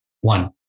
One